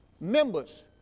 members